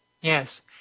yes